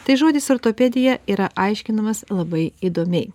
tai žodis ortopedija yra aiškinamas labai įdomiai